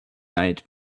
night